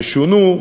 ששונו,